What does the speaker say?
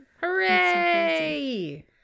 hooray